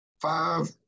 five